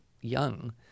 young